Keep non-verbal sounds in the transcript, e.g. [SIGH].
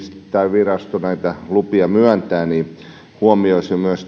virasto näitä lupia myöntää huomioitaisiin myös [UNINTELLIGIBLE]